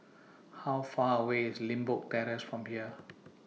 How Far away IS Limbok Terrace from here